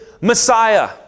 Messiah